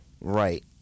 right